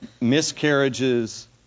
miscarriages